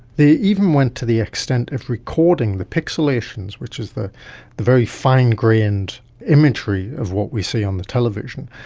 they even went to the extent of recording the pixilations, which is the the very fine-grained imagery of what we see on the television,